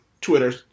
Twitter